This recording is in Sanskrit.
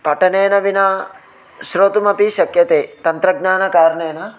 पठनेन विना श्रोतुमपि शक्यते तन्त्रज्ञानकारणेन